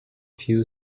few